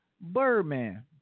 Birdman